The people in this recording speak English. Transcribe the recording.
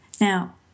Now